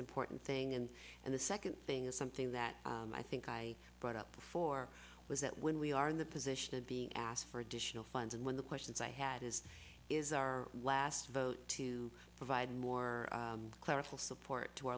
important thing and and the second thing is something that i think i brought up before was that when we are in the position of being asked for additional funds and when the questions i had is is our last vote to provide more clerical support to